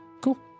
Cool